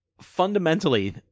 fundamentally